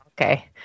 Okay